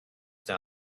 done